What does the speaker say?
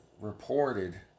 reported